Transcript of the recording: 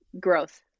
growth